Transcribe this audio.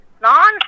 Non